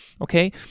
okay